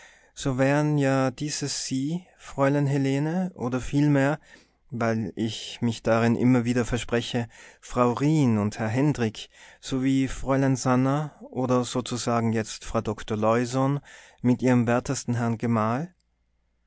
so wären ja dieses sie fräulein helene oder vielmehr weil ich mich darin immer wieder verspreche frau rijn und herr hendrik sowie fräulein sannah oder sozusagen jetzt frau doktor leusohn mit ihrem wertesten herrn gemahl